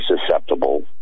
susceptible